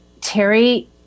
Terry